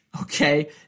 okay